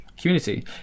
community